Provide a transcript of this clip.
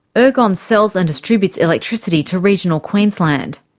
ergon sells and distributes electricity to regional queensland.